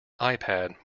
ipad